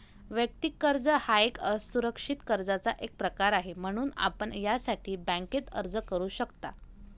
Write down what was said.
वैयक्तिक कर्ज हा एक असुरक्षित कर्जाचा एक प्रकार आहे, म्हणून आपण यासाठी बँकेत अर्ज करू शकता